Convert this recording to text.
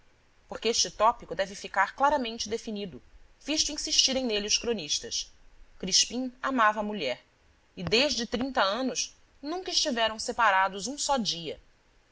porque este tópico deve ficar claramente definido visto insistirem nele os cronistas crispim amava a mulher e desde trinta anos nunca estiveram separados um só dia